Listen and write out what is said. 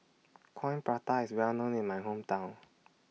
Coin Prata IS Well known in My Hometown